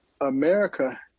America